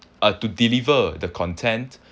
uh to deliver the content